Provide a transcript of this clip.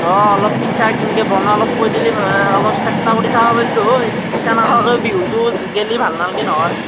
অঁ অলপ পিঠা কেনেকৈ বনায় অলপ কৈ দিলে অলপ চেষ্টা কৰি চাব পাৰিলো হয় পিঠা নোখোৱাকৈ বিহুতো গেলি ভাল নালাগে নহয়